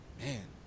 Man